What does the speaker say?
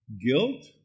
Guilt